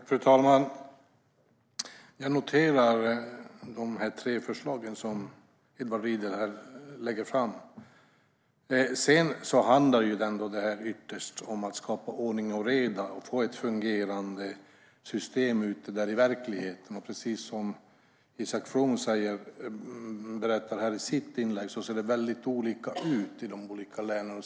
Fru ålderspresident! Jag noterar de tre förslag som Edward Riedl lade fram. Ytterst handlar det om att skapa ordning och reda och få ett fungerande system i verkligheten. Precis som Isak From berättade i sitt inlägg ser det olika ut i de olika länen.